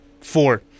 Four